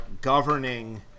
governing